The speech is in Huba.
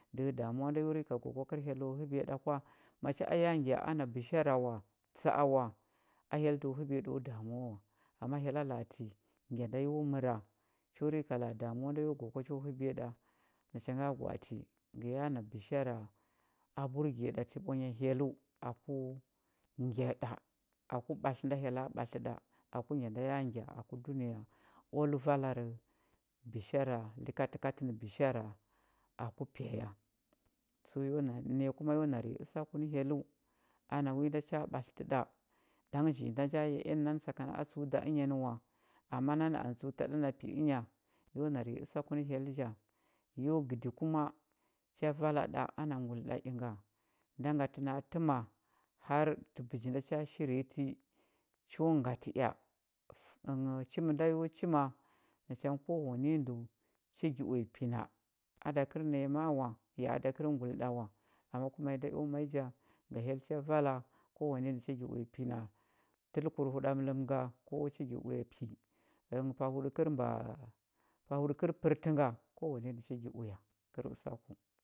Dəhə damuwa nda yo rika gwa kwa kəl hyello həbiya ɗa kwa ma cha a ya ngya ana bishara wa tsa a wa a hyell do həbiya ɗo damuwa wa ama hyalla la ati ngya nda yo məra cho rika la a damuwa nda yo gwa kwa cho həbiya ɗa nacha nga gwa atə ngə ya na bishara a burge ɗa ti ɓwanya hyelləu aku ngya ɗa aku ɓatlə nda hyella ɓatlə ɗa aku ngya nda ya ngya aku dunəya oal valar bishara likatəkatə nə bishara aku pya ya tsəu yo na naya kuma yo nar nyi usaku nə hyelləu ana wi nda cha ɓatlətə ɗa ɗang nji inda nja yah ea nə nanə sakana a tsəu da ənya nə wa ama nanə a a anə tsəu ta ɗa na pi ənya yo nar nyi usaku nə hyell ja yo gədi kuma cha vala ɗa ana nguli ɗa inga nda ngatə na a təma har tə bəji nda cha shirya ti cho ngatə ea fə ənghəu chin nda yo chima kowane ndəu cha gi uya pi na a da kəl naya ma a wa ya a da kəl nguli ɗa wa ama ku ma i nda eo ma i ja ga hyella vala kowane ndə cha uya pi na təlkur huɗamə́ləm nga kowa cha gi uya pi ənghəu pahuɗəkər mba pahuɗəkər pərtə nga kowane ndə cha gi uya kər usaku